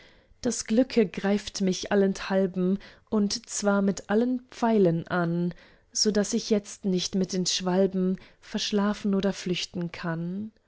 das glücke greift mich allenthalben und zwar mit allen pfeilen an o daß ich jetzt nicht mit den schwalben verschlafen oder flüchten kann